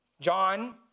John